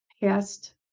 past